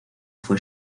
fue